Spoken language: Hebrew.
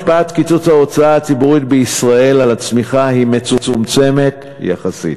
השפעת קיצוץ ההוצאה הציבורית בישראל על הצמיחה היא מצומצמת יחסית,